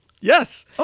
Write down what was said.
yes